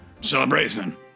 Celebration